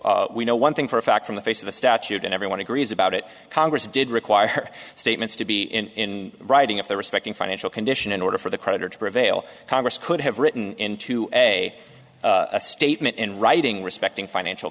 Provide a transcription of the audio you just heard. we know one thing for a fact from the face of the statute and everyone agrees about it congress did require statements to be in writing of the respecting financial condition in order for the creditor to prevail congress could have written into a statement in writing respecting financial